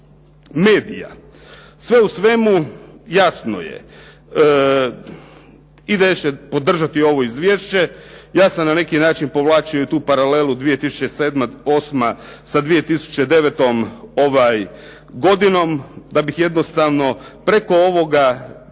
medija. Sve u svemu jasno je, IDS će podržati ovo izvješće. Ja sam na neki način povlačio i tu paralelu 2007./08. sa 2009. godinom da bih jednostavno preko ovoga izvješća